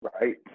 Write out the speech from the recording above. right